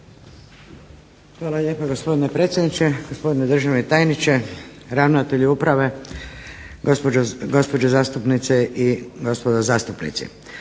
Hvala lijepa gospodine predsjedniče, gospodine državni tajniče, ravnatelju uprave i gospođe zastupnice i zastupnici.